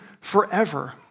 forever